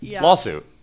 lawsuit